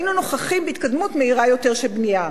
היינו נוכחים בהתקדמות מהירה יותר של בנייה.